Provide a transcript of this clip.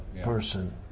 person